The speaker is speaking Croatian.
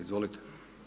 Izvolite.